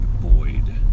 Boyd